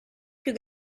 più